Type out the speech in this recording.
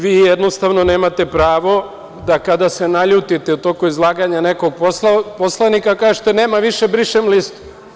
Vi jednostavno nemate pravo da kada se naljutite u toku izlaganja nekog poslanika kažete – nema više, brišem listu.